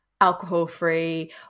Alcohol-free